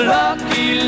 lucky